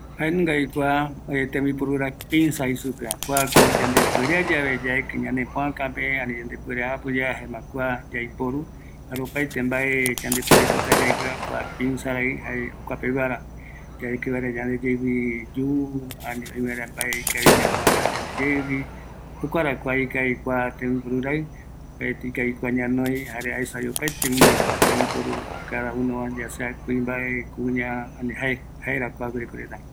Kua pinzas, jaevi ñaɨpïsaï vaera mbae yaekɨ vaera, kua tembiporu jaeko oatai kuñareta ipope, oipo vara jëjäpɨka, oyeapokavi vaerareta